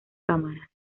cámaras